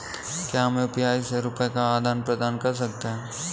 क्या हम यू.पी.आई से रुपये का आदान प्रदान कर सकते हैं?